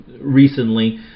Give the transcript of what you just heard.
recently